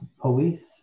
police